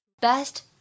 best